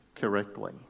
correctly